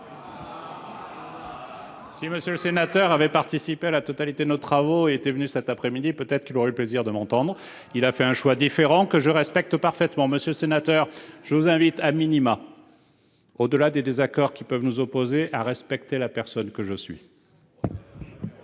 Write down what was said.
Si M. Savoldelli avait participé à la totalité de nos travaux et était venu cette après-midi, peut-être aurait-il eu le plaisir de m'entendre. Il a fait un choix différent, que je respecte parfaitement. Monsieur le sénateur, je vous invite, au-delà des désaccords qui peuvent nous opposer, à respecter la personne que je suis.